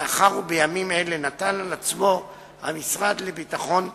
מאחר שבימים אלה נטל על עצמו המשרד לביטחון פנים,